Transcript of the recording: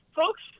Folks